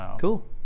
Cool